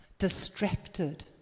distracted